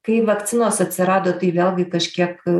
kai vakcinos atsirado tai vėlgi kažkiek